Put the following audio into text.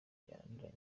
byananiranye